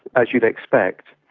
as you'd expect,